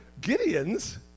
Gideons